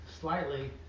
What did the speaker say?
slightly